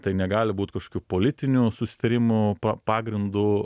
tai negali būt kažkokių politinių susitarimų pagrindu